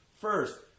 First